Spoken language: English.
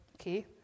okay